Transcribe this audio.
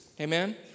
Amen